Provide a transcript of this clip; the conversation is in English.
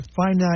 finite